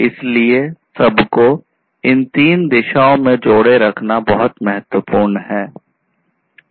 इसलिए सबको इन 3 दिशाओं में जोड़े रखना बहुत महत्वपूर्ण है